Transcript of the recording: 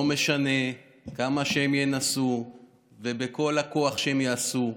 לא משנה כמה הם ינסו ובכל הכוח שהם יעשו,